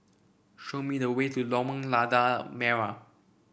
show me the way to Lorong Lada Merah